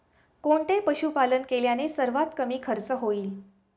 कोणते पशुपालन केल्याने सर्वात कमी खर्च होईल?